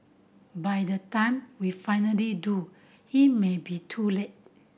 by the time we finally do it may be too late